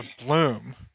Bloom